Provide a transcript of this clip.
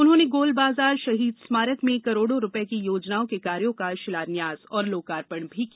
उन्होंने गोलबाजार शहीद स्मारक में करोड़ों रुपये की योजनाओं के कार्यों का शिलान्यास और लोकार्पण भी किया